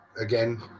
again